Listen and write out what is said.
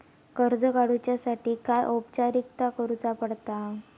कर्ज काडुच्यासाठी काय औपचारिकता करुचा पडता?